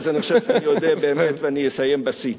אז אני חושב שאני אודה באמת ואסיים בשיא.